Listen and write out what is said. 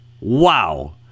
Wow